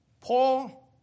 Paul